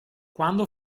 quando